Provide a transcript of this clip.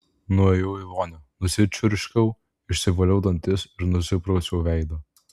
nuėjau į vonią nusičiurškiau išsivaliau dantis ir nusiprausiau veidą